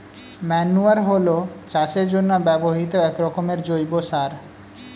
manure হলো চাষের জন্য ব্যবহৃত একরকমের জৈব সার